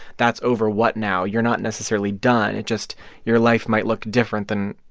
that's over what now? you're not necessarily done, it just your life might look different than.